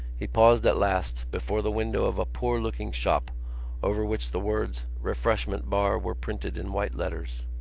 he paused at last before the window of a poor-looking shop over which the words refreshment bar were printed in white letters.